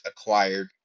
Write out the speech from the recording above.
acquired